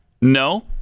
no